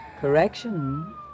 Correction